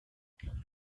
حله